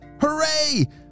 Hooray